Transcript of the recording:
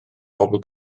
bobl